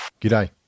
G'day